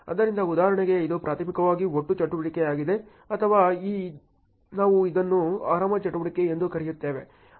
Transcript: ಆದ್ದರಿಂದ ಉದಾಹರಣೆಗೆ ಇದು ಪ್ರಾಥಮಿಕವಾಗಿ ಒಟ್ಟು ಚಟುವಟಿಕೆಯಾಗಿದೆ ಅಥವಾ ನಾವು ಇದನ್ನು ಆರಾಮ ಚಟುವಟಿಕೆ ಎಂದು ಕರೆಯುತ್ತೇವೆ